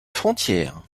frontière